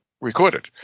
recorded